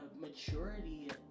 maturity